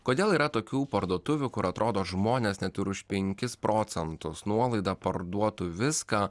kodėl yra tokių parduotuvių kur atrodo žmonės net ir už penkis procentus nuolaida parduotų viską